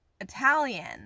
Italian